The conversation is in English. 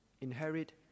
Inherit